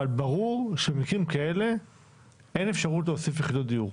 אבל ברור שבמקרים כאלה אין אפשרות להוסיף יחידות דיור.